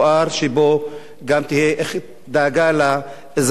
שבו גם תהיה דאגה לאזרח,